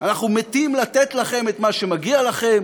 אנחנו מתים לתת לכם את מה שמגיע לכם,